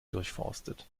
durchforstet